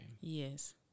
Yes